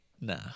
Nah